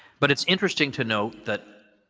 but it's interesting to note that,